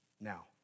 now